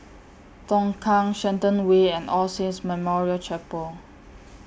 Tongkang Shenton Way and All Saints Memorial Chapel